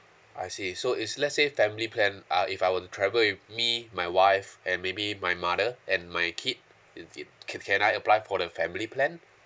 I see so it's let's say family plan ah if I were to travel with me my wife and maybe my mother and my kid it it can can I apply for the family plan